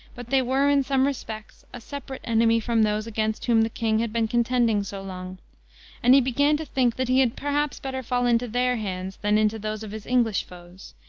but they were, in some respects, a separate enemy from those against whom the king had been contending so long and he began to think that he had perhaps better fall into their hands than into those of his english foes,